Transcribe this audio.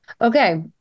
Okay